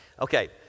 Okay